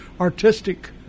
artistic